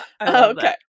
Okay